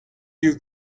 you